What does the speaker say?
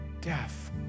death